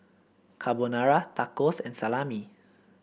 Carbonara Tacos and Salami